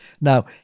Now